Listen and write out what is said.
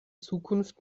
zukunft